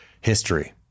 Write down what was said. history